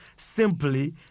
simply